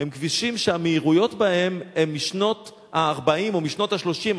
הם כבישים שהמהירויות בהם הן משנות ה-40 או משנות ה-30,